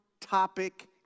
topic